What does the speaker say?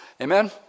Amen